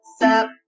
up